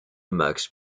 max